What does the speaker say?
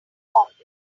office